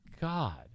God